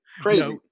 Crazy